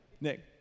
Nick